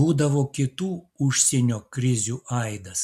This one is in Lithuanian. būdavo kitų užsienio krizių aidas